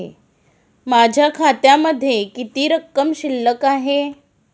माझ्या खात्यामध्ये किती रक्कम शिल्लक आहे?